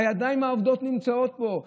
הידיים העובדות נמצאות פה,